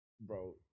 Bro